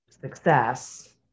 success